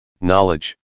knowledge